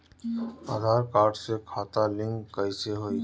आधार card से खाता link कईसे होई?